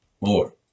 more